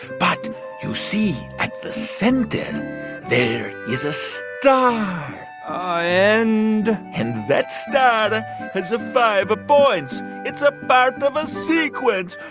but you see, at the center, there is a star ah and? and that star has five points. it's ah part but of a sequence.